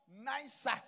nicer